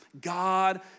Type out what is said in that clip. God